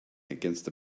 against